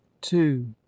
two